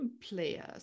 players